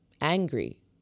angry